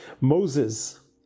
Moses